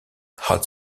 hot